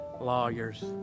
lawyers